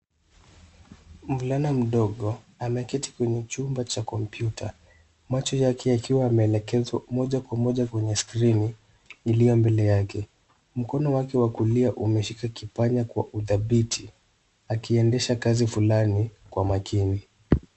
Mvulana mdogo ameketi kwenye chumba cha kompyuta. Macho yake yakiwa yameelekezwa moja kwa moja kwenye skrini iliyo mbele yake. Mkono wake wa kulia umeshika kipanya kwa udhabiti, akiendesha kazi fulani kwa makini.